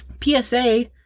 PSA